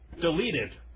deleted